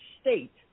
state